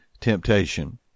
temptation